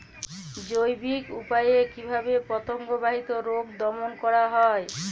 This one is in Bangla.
জৈবিক উপায়ে কিভাবে পতঙ্গ বাহিত রোগ দমন করা যায়?